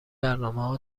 برنامهها